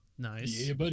Nice